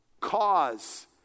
cause